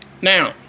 Now